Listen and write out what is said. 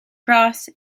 cross